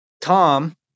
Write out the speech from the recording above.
Tom